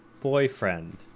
boyfriend